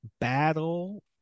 battle